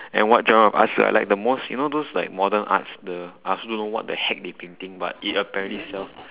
and what genre of arts do I like the most you know those like modern arts the I also don't know what the heck they painting but it apparently sells